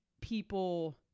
people